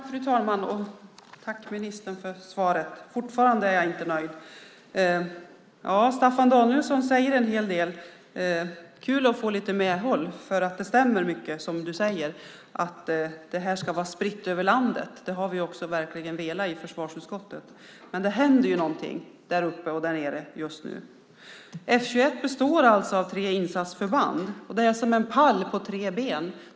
Fru talman! Jag tackar ministern för svaret, men jag är fortfarande inte nöjd. Staffan Danielsson säger en hel del. Det är roligt att få lite medhåll. Mycket av det han säger stämmer, som att detta ska vara spritt över landet. Det har vi verkligen velat i försvarsutskottet. Men det händer någonting uppe i norr och nere i söder just nu. F 21 består av tre insatsförband. Det är som en pall på tre ben.